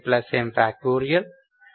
nm